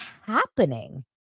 happening